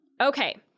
Okay